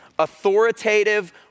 authoritative